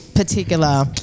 particular